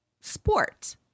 sport